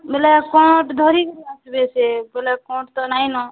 ବୋଲେ ଧରିକରି ଆସିବେ ସେ ବୋଲେ କ'ଣ ତ ନାଇଁ ନା